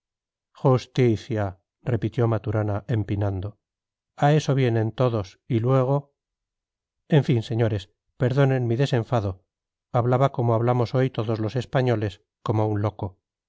justicia repitió maturana empinando a eso vienen todos y luego en fin señores perdonen mi desenfado hablaba como hablamos hoy todos los españoles como un loco